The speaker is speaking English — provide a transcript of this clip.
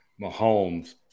Mahomes